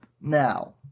Now